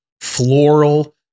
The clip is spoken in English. floral